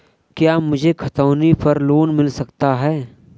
क्या मुझे खतौनी पर लोन मिल सकता है?